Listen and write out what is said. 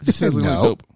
No